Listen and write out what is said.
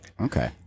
Okay